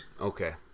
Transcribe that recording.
Okay